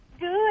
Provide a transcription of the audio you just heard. Good